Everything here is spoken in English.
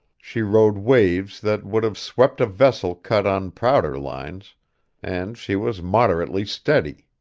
she rode waves that would have swept a vessel cut on prouder lines and she was moderately steady.